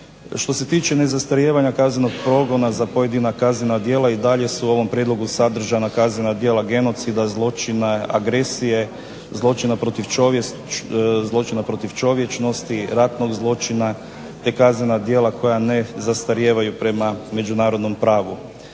Što se tiče nezastarijevanja kaznenog progona za pojedina kaznena djela i dalje su u ovom prijedlogu sadržana kaznena djela genocida, zločina agresije, zločina protiv čovječnosti, ratnog zločina te kaznena djela koja ne zastarijevaju prema međunarodnom pravu.